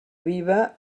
viva